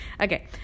okay